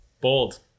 Bold